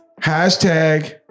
Hashtag